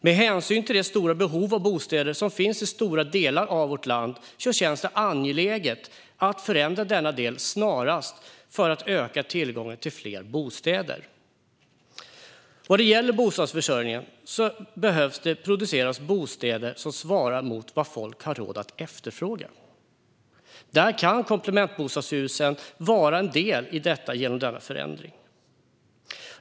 Med hänsyn till det stora behov av bostäder som finns i stora delar av vårt land känns det angeläget att snarast förändra denna del för att öka tillgången till bostäder. Vad gäller bostadsförsörjningen behöver det produceras bostäder som svarar mot vad folk har råd att efterfråga. Komplementbostadshusen kan vara en del i detta genom denna förändring.